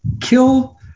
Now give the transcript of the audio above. kill